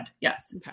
Yes